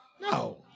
No